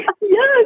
Yes